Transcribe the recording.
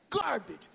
garbage